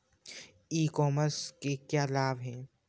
E commerce के क्या क्या लाभ हैं?